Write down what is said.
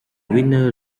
winners